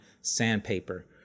sandpaper